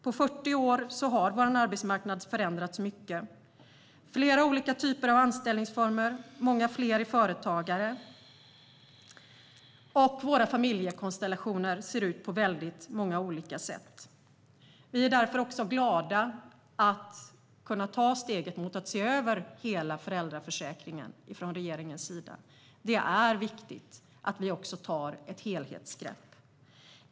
På 40 år har vår arbetsmarknad förändrats mycket med flera olika typer av anställningsformer och många fler företagare. Våra familjekonstellationer ser ut på många olika sätt. Därför är vi från regeringen glada att kunna ta steget mot att se över hela föräldraförsäkringen. Det är viktigt att vi också tar ett helhetsgrepp.